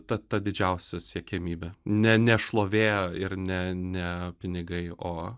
ta ta didžiausia siekiamybė ne ne šlovė ir ne ne pinigai o